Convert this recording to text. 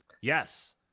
Yes